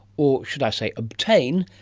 or should i say obtain,